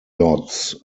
lots